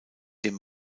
dem